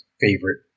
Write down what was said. favorite